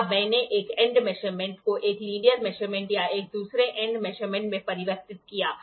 अब मैंने एक एंड मेजरमेंट को एक लिनियर मेजरमेंट या एक दूसरे एंड मेजरमेंट में परिवर्तित किया है